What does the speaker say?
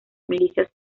milicias